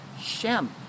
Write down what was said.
Shem